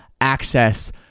access